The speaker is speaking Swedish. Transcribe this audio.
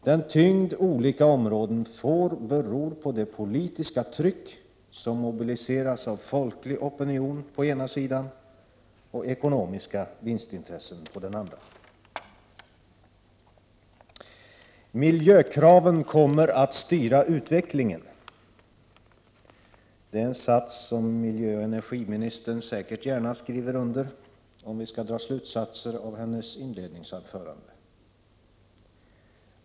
Den tyngd olika områden får beror på det politiska tryck som mobiliseras av folklig opinion på ena sidan och ekonomiska vinstintressen på den andra. ”Miljökraven kommer att styra utvecklingen.” Det är en sats som miljöoch energiministern säkert gärna skriver under på, om vi skall dra slutsatser av hennes inledningsanförande.